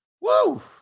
Woo